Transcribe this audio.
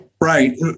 Right